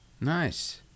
Nice